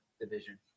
division